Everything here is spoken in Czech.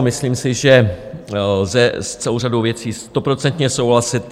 Myslím si, že lze s celou řadou věcí stoprocentně souhlasit.